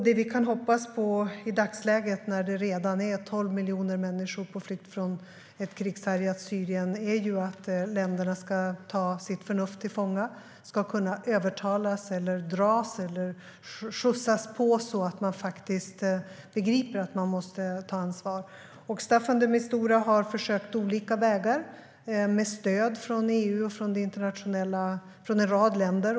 Det vi kan hoppas på i dagsläget, när det redan är 12 miljoner människor på flykt från ett krigshärjat Syrien, är att länderna ska ta sitt förnuft till fånga, att de ska kunna övertalas eller dras eller skjutsas på så att de begriper att de måste ta ansvar. Staffan de Mistura har försökt med olika vägar, med stöd från EU och från en rad länder.